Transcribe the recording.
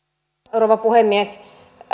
rouva puhemies